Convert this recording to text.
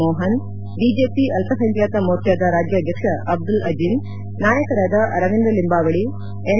Mohan BJP ಅಲ್ಪಸಂಖ್ವಾತ ಮೊರ್ಚಾದ ರಾಜ್ಯಾಧ್ಯಕ್ಷ ಅಬ್ಲುಲ್ ಅಜೀಂ ನಾಯಕರಾದ ಅರವಿಂದ್ ಲಿಂಬಾವಳಿ ಎನ್